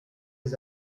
les